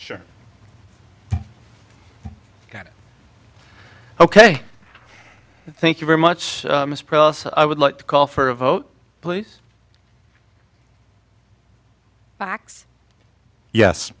sure got it ok thank you very much i would like to call for a vote please fax yes